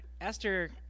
Esther